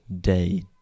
day